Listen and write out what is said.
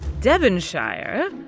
Devonshire